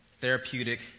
therapeutic